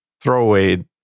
throwaway